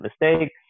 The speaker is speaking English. mistakes